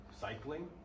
cycling